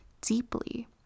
deeply